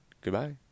Goodbye